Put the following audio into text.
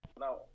Now